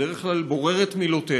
בדרך כלל היא בוררת את מילותיה.